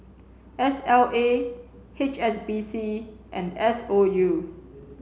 S L A H S B C and S O U